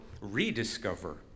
rediscover